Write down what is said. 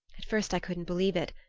at first i couldn't believe it.